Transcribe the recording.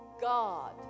God